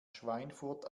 schweinfurt